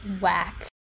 Whack